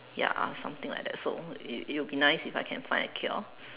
ya something like that so it it would be nice if I can find a cure